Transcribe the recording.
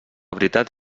veritat